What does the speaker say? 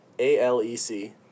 A-L-E-C